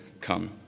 come